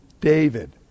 David